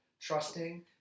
trusting